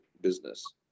business